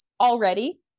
already